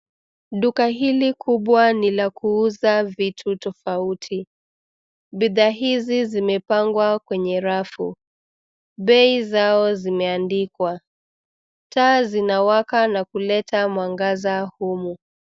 Duka hili kubwa ni la kuuza vitu tofauti. Bidhaa hizi zimepangwa kwenye rafu. Bei zao zimeandikwa. Taa zinawaka na kuleta mwangaza humu.